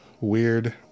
weird